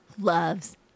loves